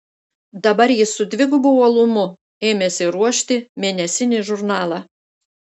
dabar jis su dvigubu uolumu ėmėsi ruošti mėnesinį žurnalą